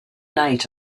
night